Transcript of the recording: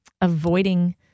avoiding